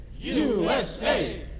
USA